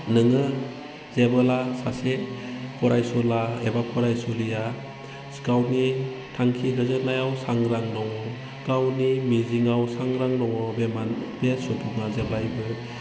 नोङो जेब्ला सासे फरायसुला एबा फरायसुलिया गावनि थांखि होसोनायाव सांग्रां दङ गावनि मिजिङाव सांग्रा दङ बे सुबुङा जेब्लायबो